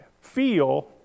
feel